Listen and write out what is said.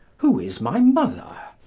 who is my mother?